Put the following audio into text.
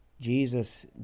Jesus